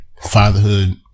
fatherhood